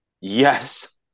Yes